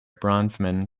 bronfman